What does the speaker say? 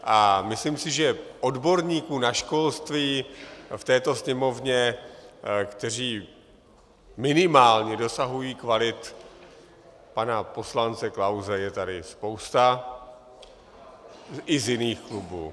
A myslím si, že odborníků na školství v této Sněmovně, kteří minimálně dosahují kvalit pana poslance Klause, je tady spousta i z jiných klubů.